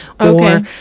Okay